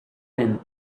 tenth